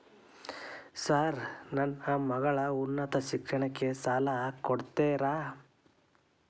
Sir ನನ್ನ ಮಗಳ ಉನ್ನತ ಶಿಕ್ಷಣಕ್ಕೆ ಸಾಲ ಕೊಡುತ್ತೇರಾ?